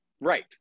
Right